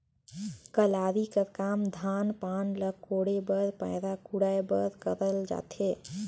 कलारी कर काम धान पान ल कोड़े बर पैरा कुढ़ाए बर करल जाथे